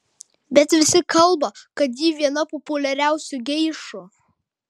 bet visi kalba kad ji viena populiariausių geišų